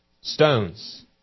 stones